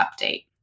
update